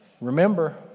Remember